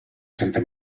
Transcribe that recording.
santa